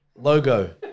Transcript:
logo